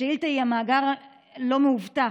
המאגר לא מאובטח,